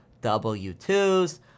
W-2s